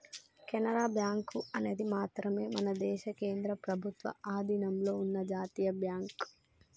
Canara bank అనేది మాత్రమే మన దేశ కేంద్ర ప్రభుత్వ అధీనంలో ఉన్న జాతీయ బ్యాంక్